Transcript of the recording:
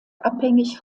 abhängig